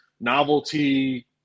novelty